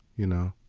you know,